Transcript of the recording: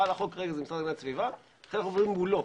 בעל החוק זה המשרד להגנת הסביבה ולכן אנחנו עובדים מולו.